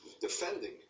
defending